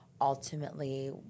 ultimately